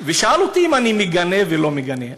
הוא שאל אותי אם אני מגנה ולא מגנה.